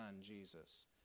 Jesus